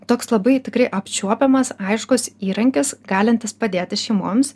toks labai tikrai apčiuopiamas aiškus įrankis galintis padėti šeimoms